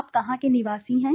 आप कहां के निवासी हैं